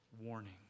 warning